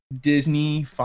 Disney